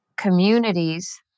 communities